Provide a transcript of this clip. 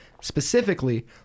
specifically